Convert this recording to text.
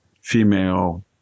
female